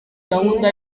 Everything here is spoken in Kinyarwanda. gahunda